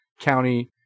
county